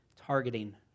targeting